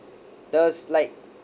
that was like